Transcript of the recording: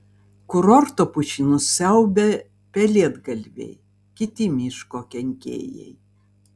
kurorto pušynus siaubia pelėdgalviai kiti miško kenkėjai